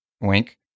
Wink